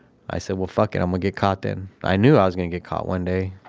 i said, well, fuck it. i'mma get caught then. i knew i was going to get caught one day